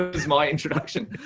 ah was my introduction.